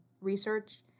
research